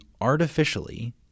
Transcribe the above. artificially